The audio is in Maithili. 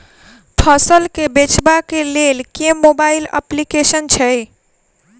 फसल केँ बेचबाक केँ लेल केँ मोबाइल अप्लिकेशन छैय?